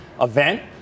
event